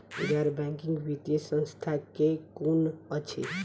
गैर बैंकिंग वित्तीय संस्था केँ कुन अछि?